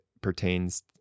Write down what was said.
pertains